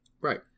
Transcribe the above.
Right